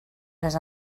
les